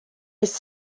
his